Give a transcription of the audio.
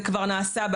זה כבר נאמר.